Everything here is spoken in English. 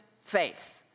faith